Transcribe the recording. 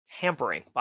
tampering